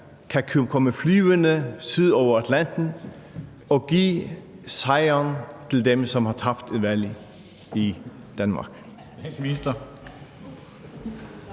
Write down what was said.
kan komme flyvende syd over Atlanten og give sejren til dem, som har tabt et valg i Danmark?